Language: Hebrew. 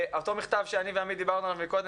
אותו מכתב שאני ועמית דיברנו עליו מקודם